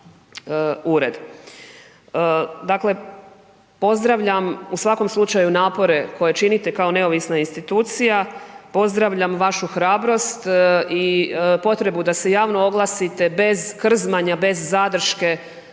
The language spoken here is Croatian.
ured. Dakle, pozdravljam u svakom slučaju napore koje činite kao neovisna institucija, pozdravljam vašu hrabrost i potrebu da se javno oglasite bez krzmanja, bez zadrške,